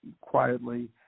quietly